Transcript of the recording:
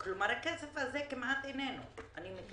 כלומר, הכסף הזה כמעט איננו, אני מקווה.